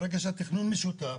ברגע שהתכנון משותף.